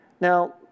Now